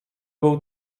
był